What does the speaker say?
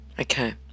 Okay